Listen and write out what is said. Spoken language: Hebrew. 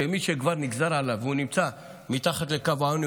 מי שכבר נגזר עליו והוא נמצא מתחת לקו העוני